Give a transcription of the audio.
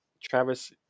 Travis